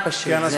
נגמר, פשוט.